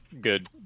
Good